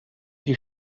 die